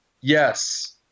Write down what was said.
Yes